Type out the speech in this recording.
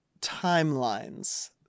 timelines